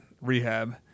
rehab